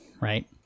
right